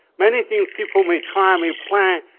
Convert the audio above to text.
many things people may try and may plan,